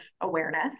awareness